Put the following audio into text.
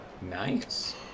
Nice